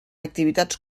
activitats